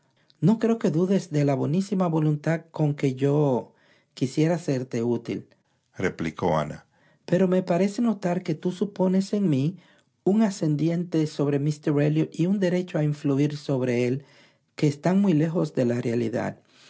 no creo que dudes de la bonísima voluntad con que yo quisiera serte útilreplicó ana pero me parece notar qúe tú supones en mí un ascendiente sobre míster elliot y un derecho a influír sobre él que están muy lejos de la realidad